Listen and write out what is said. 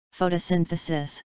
Photosynthesis